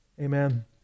Amen